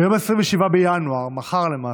ביום 27 בינואר, מחר, למעשה,